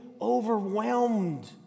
overwhelmed